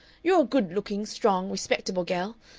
you're a good-looking, strong, respectable gell,